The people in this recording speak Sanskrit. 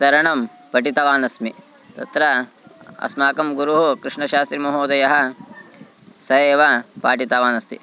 तरणं पठितवानस्मि तत्र अस्माकं गुरुः कृष्णशास्त्रीमहोदयः सः एव पाठितवानस्ति